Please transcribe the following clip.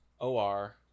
O-R